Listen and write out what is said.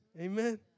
Amen